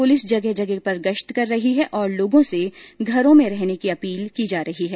police जगह जगह पर गश्त कर रही है और लोगों से घरों में ही रहने की अपील की जा रही है